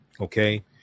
Okay